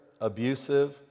abusive